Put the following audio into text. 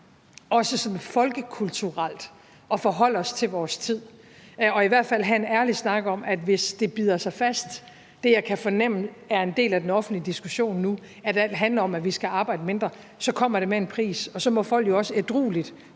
også sådan folkekulturelt, at forholde os til vores tid og i hvert fald have en ærlig snak om, at hvis det bider sig fast, hvad jeg kan fornemme er en del af den offentlige diskussion nu, nemlig at alt handler om, at vi skal arbejde mindre, så kommer det med en pris. Og så må folk jo også ædrueligt